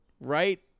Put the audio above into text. right